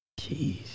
Jeez